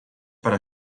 para